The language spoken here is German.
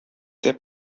der